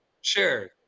Sure